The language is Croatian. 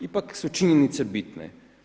Ipak su činjenice bitne.